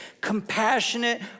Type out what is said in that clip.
compassionate